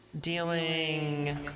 dealing